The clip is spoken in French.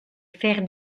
faire